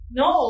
no